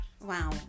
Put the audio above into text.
Wow